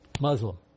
Muslim